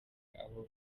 aho